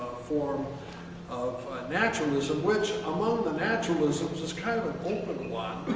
form of naturalism, which among the naturalisms is kind of an open one.